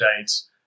dates